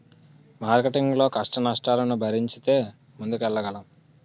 marketing లో కష్టనష్టాలను భరించితే ముందుకెళ్లగలం